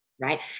right